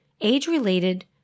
Age-related